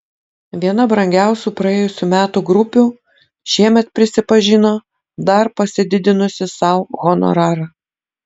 viena brangiausių praėjusių metų grupių šiemet prisipažino dar pasididinusi sau honorarą